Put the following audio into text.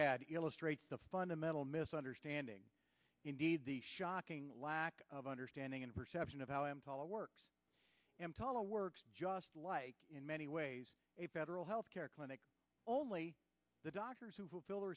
had illustrates the fundamental misunderstanding indeed the shocking lack of understanding and perception of how emtala works emtala works just like in many ways a federal health care clinic only the doctors who fill the